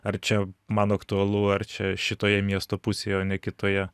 ar čia man aktualu ar čia šitoje miesto pusėje o ne kitoje